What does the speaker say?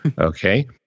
Okay